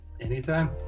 Anytime